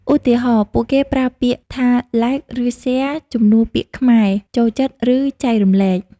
ឧទាហរណ៍ ពួកគេប្រើពាក្យថា "like" ឬ "share" ជំនួសពាក្យខ្មែរ "ចូលចិត្ត" ឬ "ចែករំលែក"។